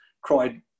cried